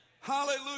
Hallelujah